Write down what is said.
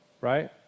right